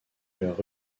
leur